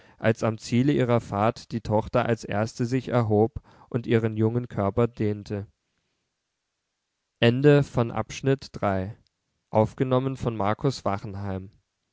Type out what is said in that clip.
als am ziele ihrer fahrt die tochter als erste sich erhob und ihren jungen körper